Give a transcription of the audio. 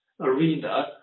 arena